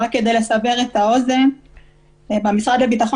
רק כדי לסבר את האוזן במשרד לביטחון